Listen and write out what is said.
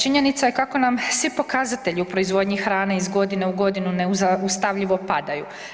Činjenica je kako nam svi pokazatelji u proizvodnji hrane iz godine u godinu nezaustavljivo padaju.